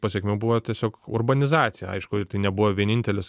pasekmių buvo tiesiog urbanizacija aišku tai nebuvo vienintelis